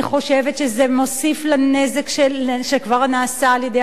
אני חושבת שזה מוסיף לנזק שכבר נעשה על-ידי